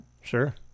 Sure